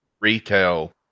retail